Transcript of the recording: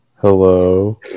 Hello